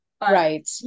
right